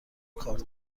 کارت